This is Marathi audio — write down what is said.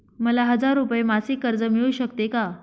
मला हजार रुपये मासिक कर्ज मिळू शकते का?